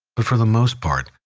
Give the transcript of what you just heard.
but for the most part,